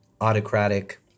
autocratic